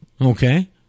Okay